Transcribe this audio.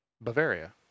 Bavaria